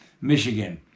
Michigan